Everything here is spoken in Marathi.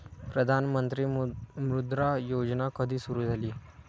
प्रधानमंत्री मुद्रा योजना कधी सुरू झाली?